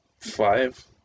five